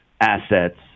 assets